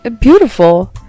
beautiful